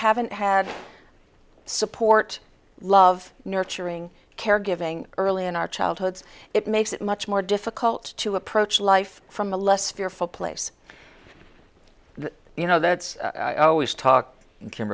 haven't had support love nurturing care giving early in our childhoods it makes it much more difficult to approach life from a less fearful place you know that's always talk